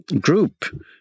group